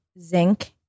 zinc